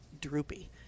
droopy